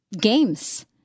games